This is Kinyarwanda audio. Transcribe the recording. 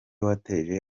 wateje